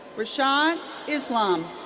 rishad islam.